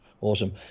Awesome